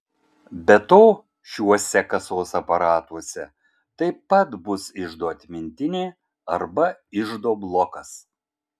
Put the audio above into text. be to šiuose kasos aparatuose taip pat bus iždo atmintinė arba iždo blokas